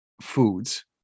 foods